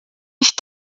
ich